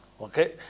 okay